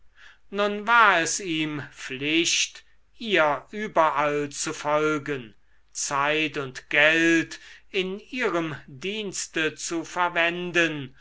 nun war es ihm pflicht ihr überall zu folgen zeit und geld in ihrem dienste zu verwenden